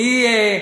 אני מסיים.